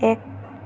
এক